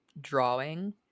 drawing